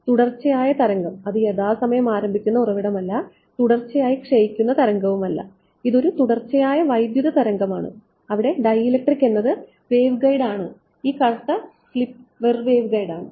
തുടർച്ചയായ തരംഗം അത് യഥാസമയം ആരംഭിക്കുന്ന ഉറവിടമല്ല തുടർച്ചയായി ക്ഷയിക്കുന്ന തരംഗവുമല്ല ഇതു ഒരു തുടർച്ചയായ വൈദ്യുത തരംഗമാണ് ഇവിടെ ഡൈഇലക്ട്രിക് എന്നത് വേവ്ഗൈഡ് ആണ് ഈ കാണുന്ന കറുത്ത സ്ട്രിപ്പ് വേവ്ഗൈഡ് ആണ്